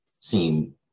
seem